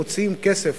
מוציאים כסף